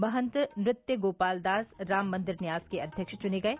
महन्त नृत्य गोपालदास राममंदिर न्यास के अध्यक्ष चुने गये